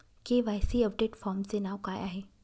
KYC update फॉर्मचे नाव काय आहे?